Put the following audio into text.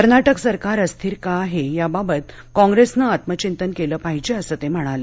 कर्नाटक सरकार अस्थिर का आहे याबाबत कॉग्रेसनं आत्मचिंतन केलं पाहिजेअसं ते म्हणाले